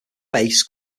bass